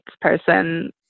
person